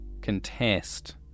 contest